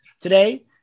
today